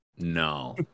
No